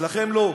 אצלכם לא,